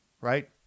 right